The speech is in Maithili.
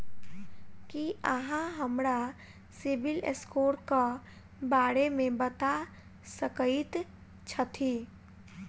की अहाँ हमरा सिबिल स्कोर क बारे मे बता सकइत छथि?